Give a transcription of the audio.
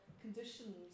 conditions